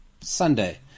Sunday